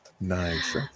nice